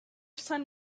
son